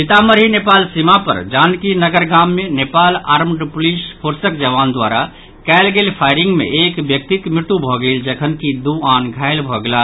सीतामढ़ी नेपाल सीमा पर जानकी नगर गाम मे नेपाल आर्म्ड पुलिस फोर्सक जवान द्वारा कयल गेल फायरिंग मे एक व्यक्तिक मृत्यु भऽ गेल जखनकि दू आन घायल भऽ गेलाह